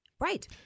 Right